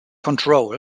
control